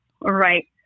right